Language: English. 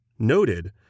noted